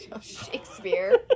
Shakespeare